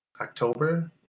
October